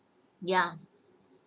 ya